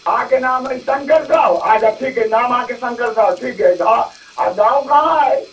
अहाँके नाम अइ शङ्कर साहु अच्छा ठीक अइ नाम अहाँके शङ्कर साहु ठीक अइ घर आ गाँव कहाँ अइ